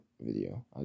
video